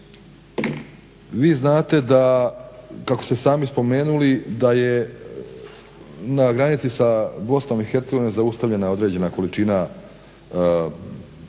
Vi znate, kako ste sami spomenuli, da je na granici sa BiH zaustavljena određena količina mesa,